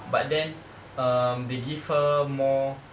but then um they give her more